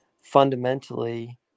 fundamentally